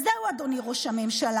אז זהו, אדוני ראש הממשלה,